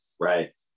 Right